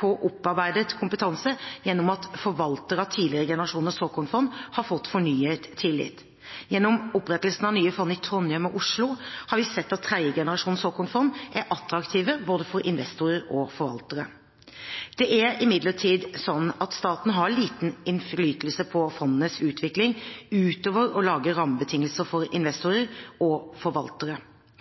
på opparbeidet kompetanse gjennom at forvaltere av tidligere generasjoner såkornfond har fått fornyet tillit. Gjennom opprettelsen av nye fond i Trondheim og Oslo har vi sett at tredje generasjon såkornfond er attraktive for både investorer og forvaltere. Det er imidlertid slik at staten har liten innflytelse på fondenes utvikling utover å lage rammebetingelsene for